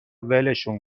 ولشون